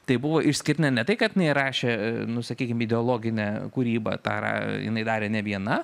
tai buvo išskirtinai ne tai kad jinai rašė nu sakykim ideologinę kūrybą tą jinai darė ne viena